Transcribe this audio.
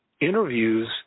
interviews